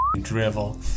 drivel